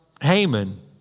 Haman